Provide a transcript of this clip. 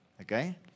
Okay